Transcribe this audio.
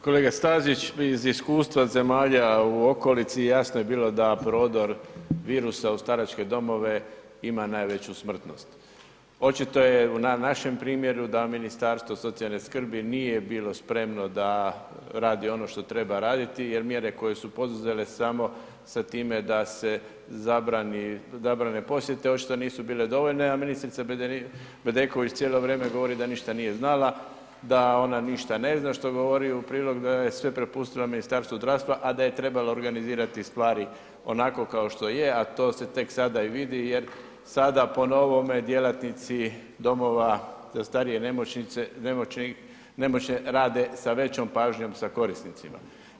Kolega Stazić, iz iskustva zemalja u okolici jasno je bilo da prodor virusa u staračke domove ima najveću smrtnost, očito je na našem primjeru da Ministarstvo socijalne skrbi nije bilo spremno da radi ono što treba raditi jer mjere koje su poduzele samo sa time da se zabrane posjete očito nisu bile dovoljne, a ministrica Bedeković cijelo vrijeme govori da ništa nije znala, da ona ništa ne zna što joj govori u prilog da je sve prepustila Ministarstvu zdravstva, a da je trebala organizirati stvari onako kao što je, a to se tek sada i vidi jer sada po novome djelatnici domova za starije i nemoćne rade sa većom pažnjom sa korisnicima.